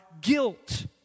guilt